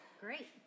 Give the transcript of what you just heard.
Great